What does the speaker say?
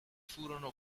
furono